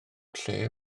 lle